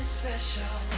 special